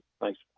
Thanks